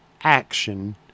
action